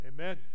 Amen